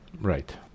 Right